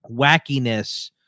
wackiness